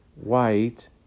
white